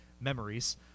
memories